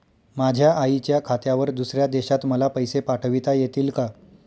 माझ्या आईच्या खात्यावर दुसऱ्या देशात मला पैसे पाठविता येतील का?